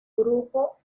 grupo